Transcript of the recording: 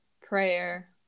prayer